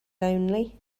lonely